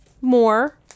more